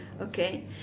okay